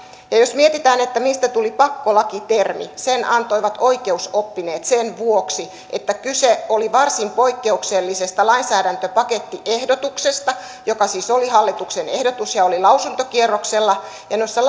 ja ja jos mietitään mistä tuli pakkolaki termi niin sen antoivat oikeusoppineet sen vuoksi että kyse oli varsin poikkeuksellisesta lainsäädäntöpakettiehdotuksesta joka siis oli hallituksen ehdotus ja oli lausuntokierroksella ja noissa